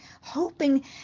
hoping